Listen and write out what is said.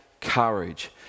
courage